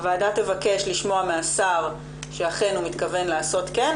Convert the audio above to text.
הוועדה תבקש לשמוע מהשר שאכן הוא מתכוון לעשות כן,